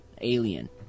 alien